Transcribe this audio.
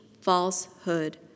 falsehood